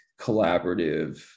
collaborative